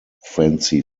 fancy